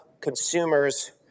consumers